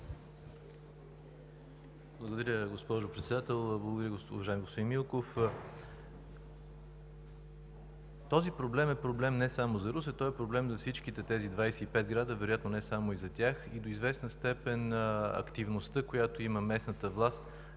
Благодаря, госпожо Председател. Благодаря, уважаеми господин Милков. Този проблем е проблем не само за Русе. Той е проблем на всичките тези 25 града, а вероятно и не само за тях, и до известна степен активността, която има местната власт